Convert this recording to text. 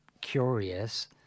curious